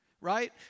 right